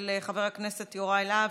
של חבר הכנסת יוראי להב,